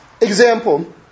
example